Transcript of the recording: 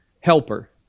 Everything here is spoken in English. helper